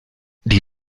die